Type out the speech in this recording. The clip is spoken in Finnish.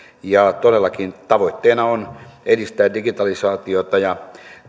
tavoitteena on todellakin edistää digitalisaatiota ja